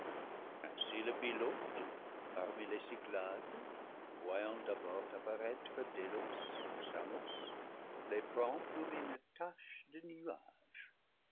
le pilote parmi les cyclades voyant d'abord apparaître délos ou samos les prend pour une tache de nuage